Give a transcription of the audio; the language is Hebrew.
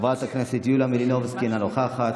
חברת הכנסת יוליה מלינובסקי, אינה נוכחת,